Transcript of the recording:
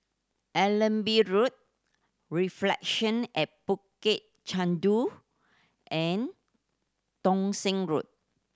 Allenby Road Reflection at Bukit Chandu and Thong Same Road